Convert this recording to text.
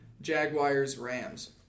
Jaguars-Rams